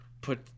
Put